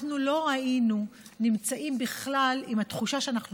אנחנו לא היינו נמצאים בכלל עם התחושה שאנחנו